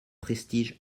prestige